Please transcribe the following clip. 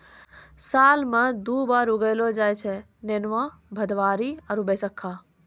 साल मॅ दु बार उगैलो जाय छै नेनुआ, भदबारी आरो बैसक्खा